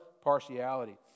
partiality